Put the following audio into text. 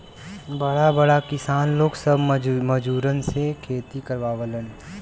बड़ा बड़ा किसान लोग सब मजूरन से खेती करावलन